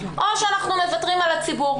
או שאנחנו מוותרים על הציבור.